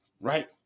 right